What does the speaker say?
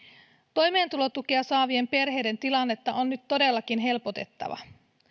toimeentulotukea saavien perheiden tilannetta on nyt todellakin helpotettava